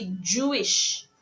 Jewish